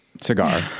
Cigar